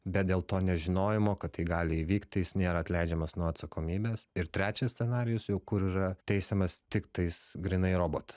bet dėl to nežinojimo kad tai gali įvykti jis nėra atleidžiamas nuo atsakomybės ir trečias scenarijus jau kur yra teisiamas tiktais grynai robotas